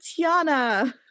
Tiana